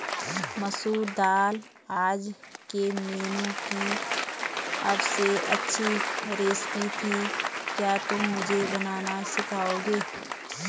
मसूर दाल आज के मेनू की अबसे अच्छी रेसिपी थी क्या तुम मुझे बनाना सिखाओंगे?